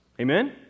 Amen